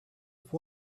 have